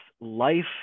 life